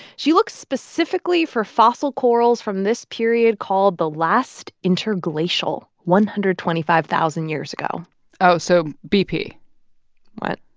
she looks specifically for fossil corals from this period called the last interglacial one hundred and twenty five thousand years ago oh, so bp what?